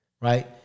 Right